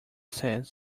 says